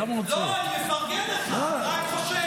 לא, אני מפרגן לך.